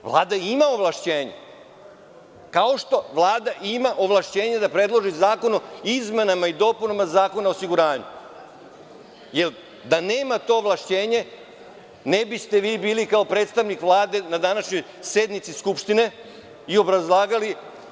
Vlada ima ovlašćenje, kao što Vlada ima ovlašćenje da predloži zakon o izmenama i dopunama Zakona o osiguranju, jer da nema to ovlašćenje, ne biste vi bili, kao predstavnik Vlade, na današnjoj sednici Skupštine i obrazlagali.